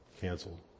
canceled